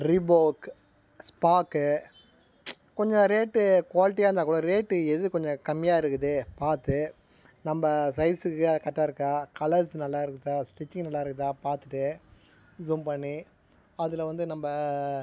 Reebok spark கொஞ்சம் rate குவாலிட்டியாக இருந்தால் கூட ரேட்டு எது கொஞ்சம் கம்மியாக இருக்குது பார்த்து நம்ம சைஸ்ஸுக்கு அது கரெட்டாக இருக்கா கலர்ஸ் நல்லா இருக்குதா ஸ்டிச்சிங் நல்லா இருக்குதா பார்த்துட்டு ஸும் பண்ணி அதில் வந்து நம்ம